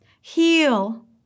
heal